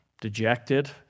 dejected